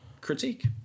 critique